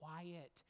quiet